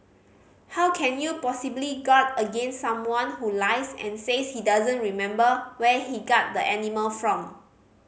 how can you possibly guard against someone who lies and says he doesn't remember where he got the animal from